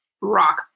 rock